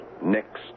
Next